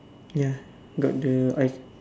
ya got the ice